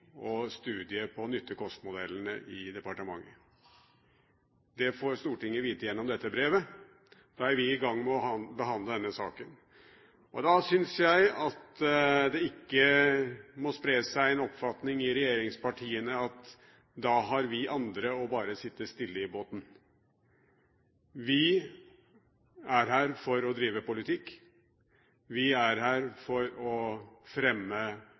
og en studie av nytte–kost-modellen. Det får Stortinget vite gjennom dette brevet – da er vi i gang med å behandle denne saken. Da syns jeg ikke det må spre seg en oppfatning i regjeringspartiene av at vi andre bare har å sitte stille i båten. Vi er her for å drive politikk, vi er her for å fremme